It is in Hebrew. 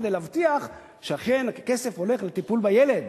כדי להבטיח שאכן הכסף הולך לטיפול בילד,